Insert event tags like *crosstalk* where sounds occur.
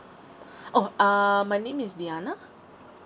*breath* oh uh my name is diana